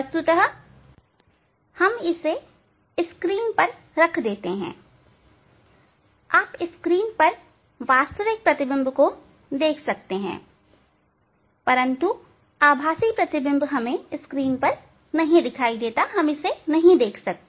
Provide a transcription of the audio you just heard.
वस्तुतः हम इसे स्क्रीन पर रख देते हैंआप स्क्रीन पर वास्तविक प्रतिबिंब देख सकते हैं परंतु आभासी प्रतिबिंब को हम स्क्रीन पर नहीं देख सकते